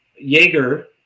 Jaeger